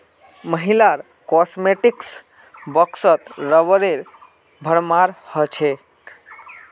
महिलार कॉस्मेटिक्स बॉक्सत रबरेर भरमार हो छेक